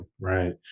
right